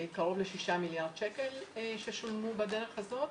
קרוב ל-6 מיליארד שקל ששולמו בדרך הזאת.